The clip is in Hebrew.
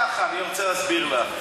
זה לא ככה, אני רוצה להסביר לך.